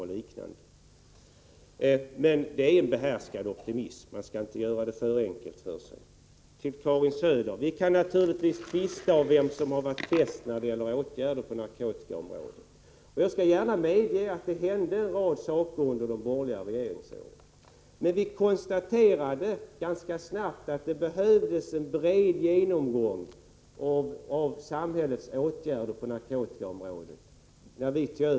Det är alltså en behärskad optimism — man skall inte göra det för enkelt för sig. Vi kan naturligtvis tvista, Karin Söder, om vem som har varit bäst när det gäller åtgärder på narkotikaområdet. Jag medger att det hände en rad saker under de borgerliga regeringsåren, men när vi socialdemokrater tog över regeringsmakten 1982 konstaterade vi snabbt att det behövdes en bred genomgång av samhällets åtgärder på narkotikaområdet.